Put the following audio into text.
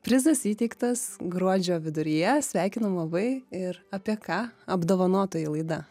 prizas įteiktas gruodžio viduryje sveikinu labai ir apie ką apdovanotoji laida